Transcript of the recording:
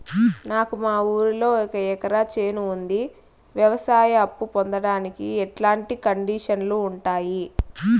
నాకు మా ఊరిలో ఒక ఎకరా చేను ఉంది, వ్యవసాయ అప్ఫు పొందడానికి ఎట్లాంటి కండిషన్లు ఉంటాయి?